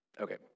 Okay